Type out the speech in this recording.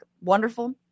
Wonderful